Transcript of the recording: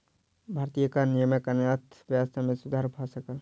भारतीय कर नियमक कारणेँ अर्थव्यवस्था मे सुधर भ सकल